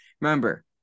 remember